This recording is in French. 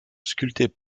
sculptés